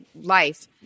life